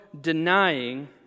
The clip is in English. denying